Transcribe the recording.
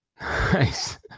Nice